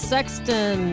Sexton